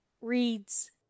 Reads